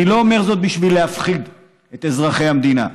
אני לא אומר זאת בשביל להפחיד את אזרחי המדינה,